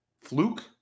fluke